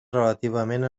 relativament